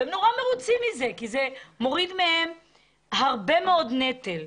והן מאוד מרוצות מזה כי זה מוריד מהן הרבה מאוד נטל.